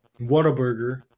Whataburger